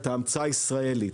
ההמצאה הישראלית,